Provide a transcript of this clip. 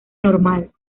normal